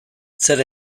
zer